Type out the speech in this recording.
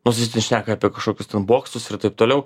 nors visi šneka apie kažkokius boksus ir taip toliau